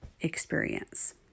experience